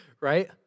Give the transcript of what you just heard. right